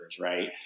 Right